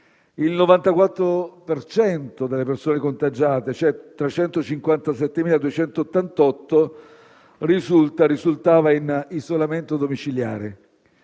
cento delle persone contagiate (357.288) risultava in isolamento domiciliare.